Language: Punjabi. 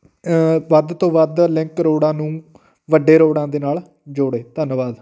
ਵੱਧ ਤੋਂ ਵੱਧ ਲਿੰਕ ਰੋਡਾਂ ਨੂੰ ਵੱਡੇ ਰੋਡਾਂ ਦੇ ਨਾਲ ਜੋੜੇ ਧੰਨਵਾਦ